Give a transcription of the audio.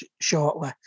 shortly